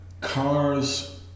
cars